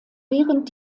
während